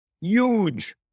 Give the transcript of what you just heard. Huge